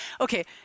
Okay